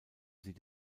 sie